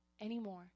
anymore